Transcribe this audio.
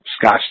scotch